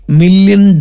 million